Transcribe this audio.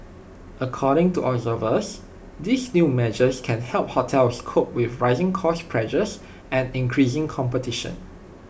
according to observers these new measures can help hotels cope with rising cost pressures and increasing competition